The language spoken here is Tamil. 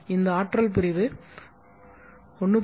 இந்த ஆற்றல் பிரிவு 1